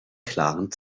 klaren